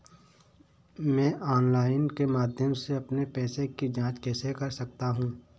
मैं ऑनलाइन के माध्यम से अपने पैसे की जाँच कैसे कर सकता हूँ?